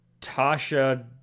Tasha